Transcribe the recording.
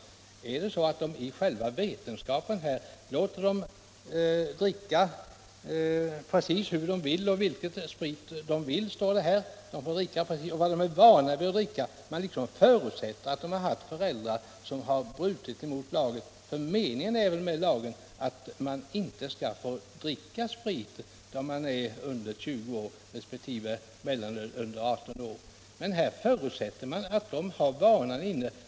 Här låter nu vetenskapsmannen ungdomarna dricka vilken sprit de vill, precis hur de vill och vad de är vana vid att dricka, står det i referatet. Man förutsätter liksom att ungdomarnas föräldrar har brutit mot lagen i detta fall, ty meningen med lagen är väl ändå att den som är under 20 år inte skall få dricka sprit, resp. under 18 år för mellanöl. Men här förutsätter man, som sagt, att ungdomarna har vanan inne.